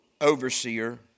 overseer